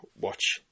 watch